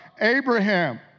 Abraham